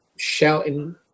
Shouting